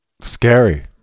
scary